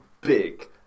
big